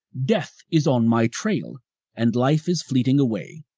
death is on my trail and life is fleeting away.